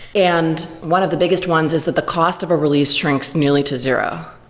and one of the biggest ones is that the cost of a release shrinks nearly to zero.